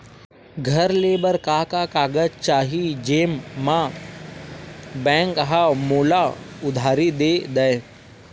घर ले बर का का कागज चाही जेम मा बैंक हा मोला उधारी दे दय?